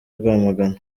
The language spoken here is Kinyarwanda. rwamagana